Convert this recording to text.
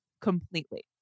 completely